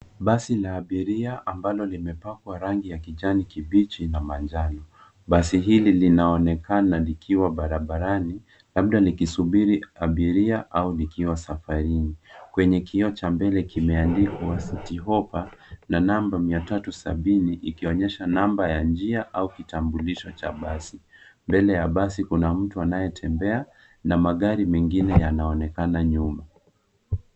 Basi la abiria ambalo limepakwa rangi ya kijani kibichi na manjano. Basi hili linaonekana likiwa barabarani, labda likisubiri abiria au likiwa safarini. Kwenye kioo cha mbele kimeandikwa Citi hoppa na namba mia tatu sabini ikionyesha namba ya njia au kitambulisho cha basi mbele ya basi kuna mtu anayetembea na magari mengine yanaonekana nyuma.